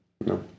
No